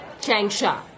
Changsha